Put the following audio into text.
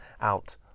out